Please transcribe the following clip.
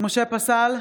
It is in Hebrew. משה פסל,